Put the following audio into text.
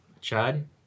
Chad